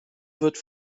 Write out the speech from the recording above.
wird